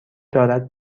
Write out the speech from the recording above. دارد